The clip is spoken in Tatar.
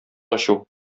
ачу